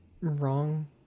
wrong